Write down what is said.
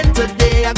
today